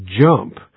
jump